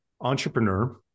entrepreneur